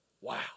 Wow